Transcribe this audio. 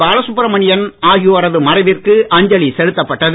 பாலசுப்ரமணியன் ஆகியோரது மறைவிற்கு அஞ்சலி செலுத்தப்பட்டது